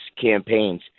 campaigns